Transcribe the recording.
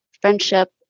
friendship